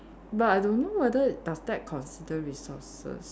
but I don't know whether does that considered resources